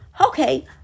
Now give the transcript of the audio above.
okay